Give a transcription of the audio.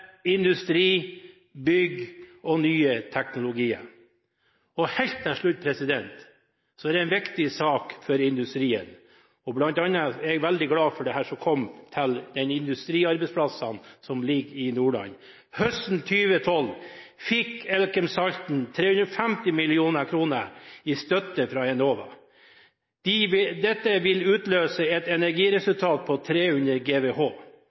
industri bygg nye teknologier. Helt til slutt en viktig sak for industrien, og bl.a. er jeg veldig glad for det som kom, med tanke på de industriarbeidsplassene som ligger i Nordland: Høsten 2012 fikk Elkem Salten 350 mill. kr i støtte fra Enova. Dette vil utløse et energiresultat på 300 GWh. Prosjektet vil bidra til at Elkem Salten igangsetter produksjon av 300 GWh